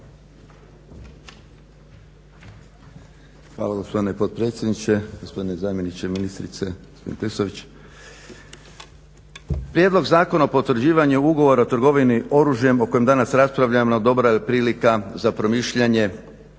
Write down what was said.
Hvala gospodine potpredsjedniče, gospodine zamjeniče ministrice gospodine Klisović. Prijedlog zakona o potvrđivanju Ugovora o trgovini oružjem o kojem danas raspravljamo dobra je prilika za promišljanje